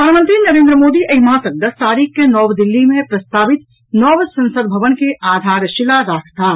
प्रधानमंत्री नरेंद्र मोदी एहि मासक दस तारीख के नव दिल्ली मे प्रस्तावित नव संसद भवन के आधारशिला राखताह